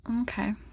Okay